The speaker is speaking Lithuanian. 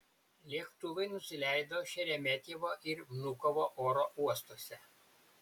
lėktuvai nusileido šeremetjevo ir vnukovo oro uostuose